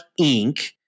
Inc